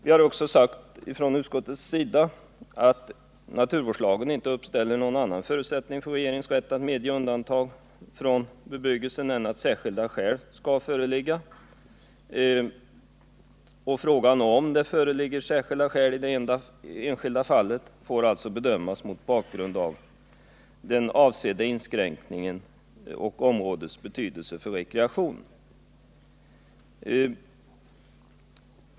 Vi har också sagt från utskottets sida att naturvårdslagen inte uppställer någon annan förutsättning för regeringens rätt att medge undantag från bebyggelseförbud än att särskilda skäl skall föreligga. Och frågan om det föreligger särskilda skäl i det enskilda fallet får alltså bedömas mot bakgrund av den avsedda inskränkningen och områdets betydelse för rekreation.